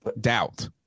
doubt